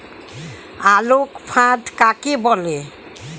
আলোক ফাঁদ কাকে বলে?